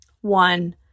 One